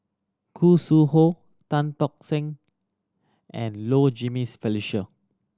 Khoo Sui Hoe Tan Tock San and Low Jimenez Felicia